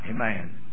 Amen